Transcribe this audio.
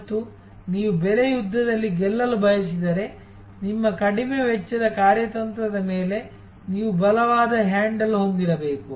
ಮತ್ತು ನೀವು ಬೆಲೆ ಯುದ್ಧದಲ್ಲಿ ಗೆಲ್ಲಲು ಬಯಸಿದರೆ ನಿಮ್ಮ ಕಡಿಮೆ ವೆಚ್ಚದ ಕಾರ್ಯತಂತ್ರದ ಮೇಲೆ ನೀವು ಬಲವಾದ ಹ್ಯಾಂಡಲ್ ಹೊಂದಿರಬೇಕು